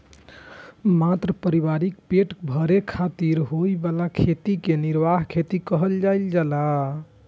मात्र परिवारक पेट भरै खातिर होइ बला खेती कें निर्वाह खेती कहल जाइ छै